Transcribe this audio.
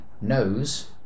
knows